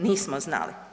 Nismo znali.